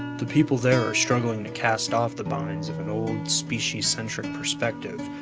the people there are struggling to cast off the binds of an old, species-centric perspective,